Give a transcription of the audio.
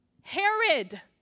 Herod